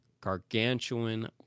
gargantuan